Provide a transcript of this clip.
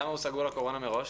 למה הוא סגור לקורונה מראש?